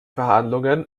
verhandlungen